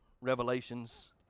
revelations